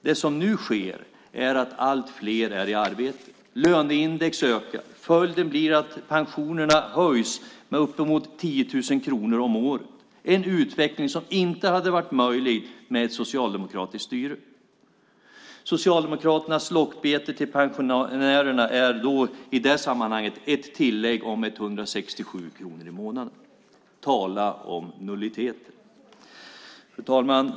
Det som nu sker är att allt fler är i arbete. Löneindex ökar. Följden blir att pensionerna höjs med uppemot 10 000 kronor om året. Detta är en utveckling som inte hade varit möjlig med socialdemokratiskt styre. Socialdemokraternas lockbete till pensionärerna är i det sammanhanget ett tillägg om 167 kronor i månaden. Tala om nulliteter! Fru talman!